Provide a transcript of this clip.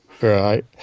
Right